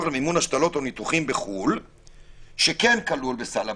למימון השתלות או ניתוחים בחו"ל שכן כלול בסל הבריאות,